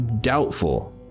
doubtful